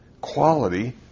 quality